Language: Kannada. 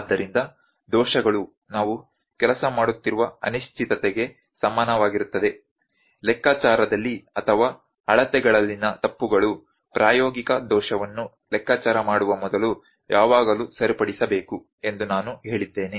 ಆದ್ದರಿಂದ ದೋಷಗಳು ನಾವು ಕೆಲಸ ಮಾಡುತ್ತಿರುವ ಅನಿಶ್ಚಿತತೆಗೆ ಸಮನಾಗಿರುತ್ತದೆ ಲೆಕ್ಕಾಚಾರದಲ್ಲಿ ಅಥವಾ ಅಳತೆಗಳಲ್ಲಿನ ತಪ್ಪುಗಳು ಪ್ರಾಯೋಗಿಕ ದೋಷವನ್ನು ಲೆಕ್ಕಾಚಾರ ಮಾಡುವ ಮೊದಲು ಯಾವಾಗಲೂ ಸರಿಪಡಿಸಬೇಕು ಎಂದು ನಾನು ಹೇಳಿದ್ದೇನೆ